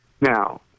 Now